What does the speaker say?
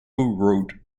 wrote